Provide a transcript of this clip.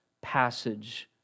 passage